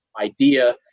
idea